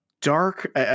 dark